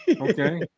Okay